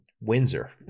Windsor